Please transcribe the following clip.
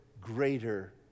greater